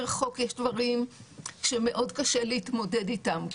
חוק יש דברים שקשה מאוד להתמודד איתם,